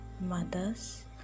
mothers